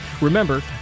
Remember